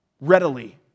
readily